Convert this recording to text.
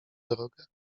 drogę